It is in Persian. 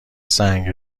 سنگ